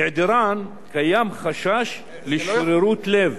בהיעדרן, קיים חשש לשרירות-לב